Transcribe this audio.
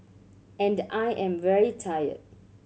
and I am very tired